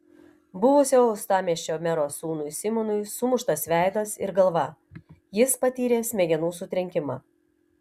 buvusio uostamiesčio mero sūnui simonui sumuštas veidas ir galva jis patyrė smegenų sutrenkimą